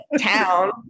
town